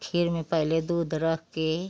खीर मैं पहले दूध रख कर